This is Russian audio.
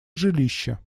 жилище